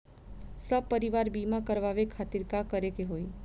सपरिवार बीमा करवावे खातिर का करे के होई?